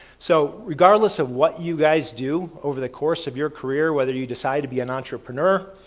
so, regardless of what you guys do over the course of your career, whether you decide to be an entrepreneur,